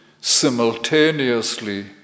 simultaneously